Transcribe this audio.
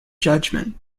judgment